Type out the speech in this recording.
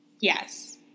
Yes